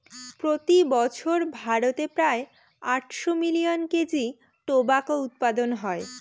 প্রতি বছর ভারতে প্রায় আটশো মিলিয়ন কেজি টোবাকো উৎপাদন হয়